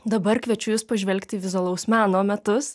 dabar kviečiu jus pažvelgti į vizualaus meno metus